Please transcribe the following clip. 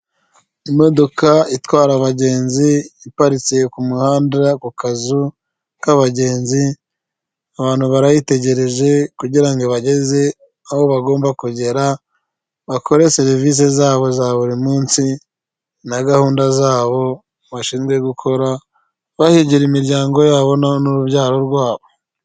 Imodoka itwara abagenzi iparitse ku muhanda ku kazu k'abagenzi, abantu barayitegereje kugirango bageze aho bagomba kugera bakore serivisi zabo za buri munsi na gahunda zabo bashinzwe gukora bahigira imiryango yabo n'urubyaro rwabo.